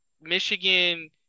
Michigan